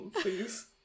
please